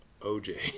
OJ